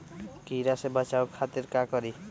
कीरा से बचाओ खातिर का करी?